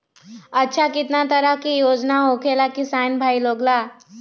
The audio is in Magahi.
अच्छा कितना तरह के योजना होखेला किसान भाई लोग ला?